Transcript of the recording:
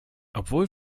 obwohl